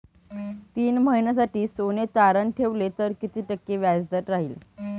तीन महिन्यासाठी सोने तारण ठेवले तर किती टक्के व्याजदर राहिल?